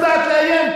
ש"ס יודעת לאיים,